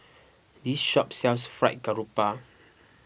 this shop sells Fried Garoupa